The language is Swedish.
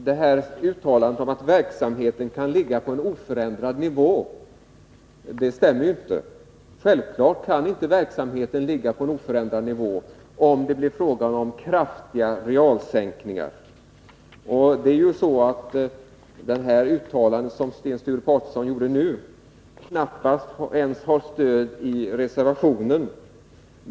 Fru talman! Uttalandet om att verksamheten kan ligga på en oförändrad nivå håller inte. Självfallet kan inte verksamheten ligga på en oförändrad nivå om det blir fråga om kraftiga realsänkningar. Det uttalande som Sten Sture Paterson gjorde nu har knappast ens stöd i reservationen.